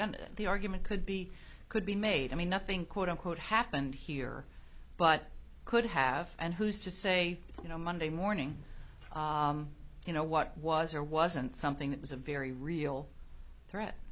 though the argument could be could be made i mean nothing quote unquote happened here but could have and who's to say you know monday morning you know what was or wasn't something that was a very real threat